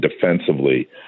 defensively